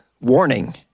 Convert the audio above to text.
warning